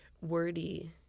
wordy